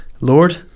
Lord